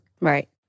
Right